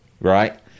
right